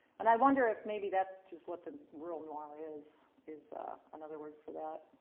and i wonder if maybe that's just what the rural noir is, is another word for that.